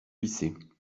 lycée